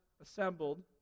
assembled